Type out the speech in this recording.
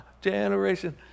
generation